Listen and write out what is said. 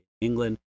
England